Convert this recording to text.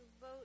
vote